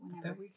whenever